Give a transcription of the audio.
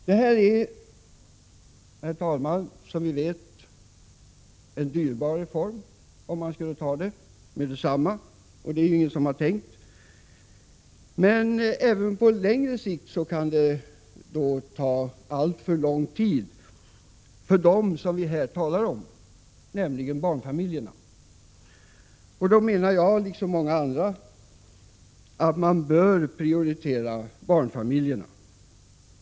Detta är en dyrbar reform, herr talman, men ingen har föreslagit att den skall genomföras med detsamma. Det kan dock ta alltför lång tid för dem som det gäller, nämligen barnfamiljerna. Jag liksom många andra anser att barnfamiljerna bör prioriteras.